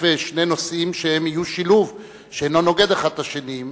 שני נושאים שיהיו שילוב שאינו נוגד אחד את השני,